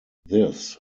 this